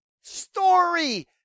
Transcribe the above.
Story